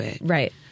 Right